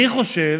אני חושב,